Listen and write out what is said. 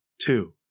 Two